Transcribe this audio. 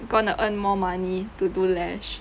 going to earn more money to do lash